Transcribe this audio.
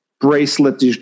bracelet